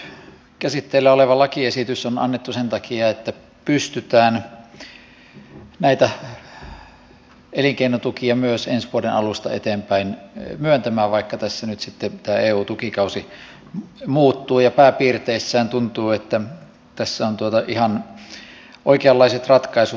tosiaankin tämä nyt käsitteillä oleva lakiesitys on annettu sen takia että pystytään näitä elinkeinotukia myös ensi vuoden alusta eteenpäin myöntämään vaikka tässä nyt sitten tämä eu tukikausi muuttuu ja pääpiirteissään tuntuu että tässä ovat ihan oikeanlaiset ratkaisut löytyneet